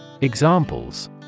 Examples